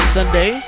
Sunday